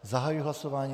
Zahajuji hlasování.